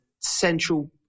central